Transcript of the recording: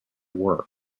work